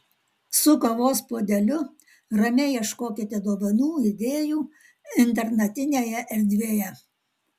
su kavos puodeliu ramiai ieškokite dovanų idėjų internetinėje erdvėje